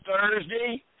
Thursday